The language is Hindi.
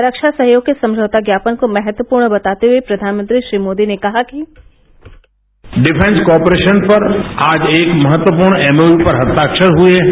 रक्षा सहयोग के समझौता ज्ञापन को महत्वपूर्ण बताते हुए प्रधानमंत्री श्री मोदी ने कहा डिफेंस कार्पोरेशन पर आज एक महत्वपूर्ण एमओयू पर हस्ताक्षर हए हैं